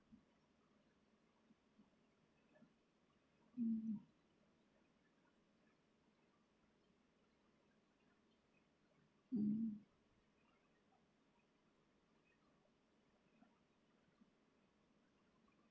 mm mm